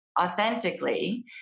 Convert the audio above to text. authentically